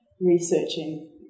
researching